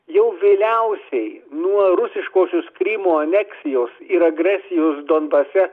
jau vėliausiai nuo rusiškosios krymo aneksijos ir agresijos donbase